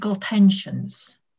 tensions